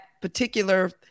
particular